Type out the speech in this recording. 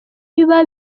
biba